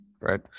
right